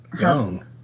Young